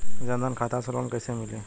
जन धन खाता से लोन कैसे मिली?